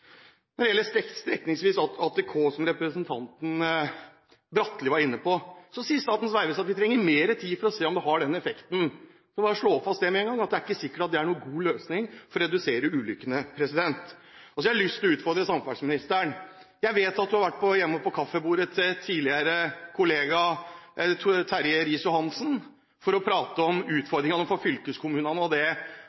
Når det gjelder streknings-ATK, som representanten Bratli var inne på, sier Statens vegvesen at de trenger mer tid for å se om det har den ønskede effekten. Det er bare å slå det fra oss med en gang: Det er ikke sikkert at det er en god løsning for å redusere ulykkene. Jeg har lyst til å utfordre samferdselsministeren: Jeg vet at du har vært hjemme ved kaffebordet til tidligere kollega Terje Riis-Johansen for å prate om